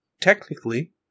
technically